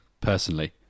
personally